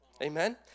amen